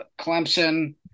Clemson